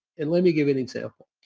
and let me give an example.